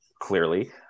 clearly